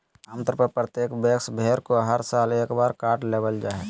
आम तौर पर प्रत्येक वयस्क भेड़ को हर साल एक बार काट लेबल जा हइ